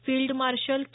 field marshal K